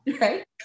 right